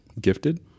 gifted